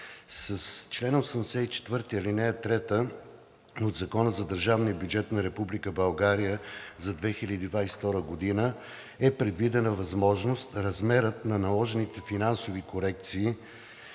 С чл. 84, ал. 3 от Закона за държавния бюджет на Република България за 2022 г. е предвидена възможност размерът на наложените финансови корекции